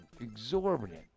exorbitant